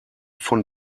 von